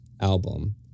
album